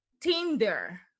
Tinder